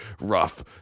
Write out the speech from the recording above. rough